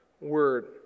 word